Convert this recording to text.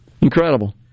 Incredible